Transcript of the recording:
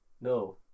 No